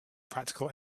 practical